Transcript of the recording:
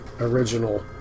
original